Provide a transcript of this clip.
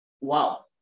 Wow